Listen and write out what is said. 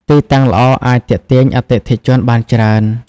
ទីតាំងល្អអាចទាក់ទាញអតិថិជនបានច្រើន។